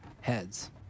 heads